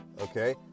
okay